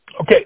Okay